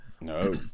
No